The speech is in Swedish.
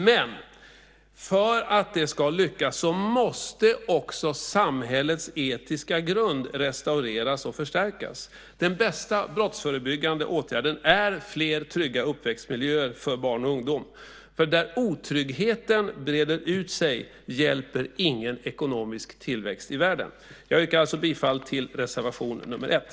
Men för att det ska lyckas måste också samhällets etiska grund restaureras och förstärkas. Den bästa brottsförebyggande åtgärden är fler trygga uppväxtmiljöer för barn och ungdom. Där otryggheten breder ut sig hjälper ingen ekonomisk tillväxt i världen. Jag yrkar bifall till reservation nr 1.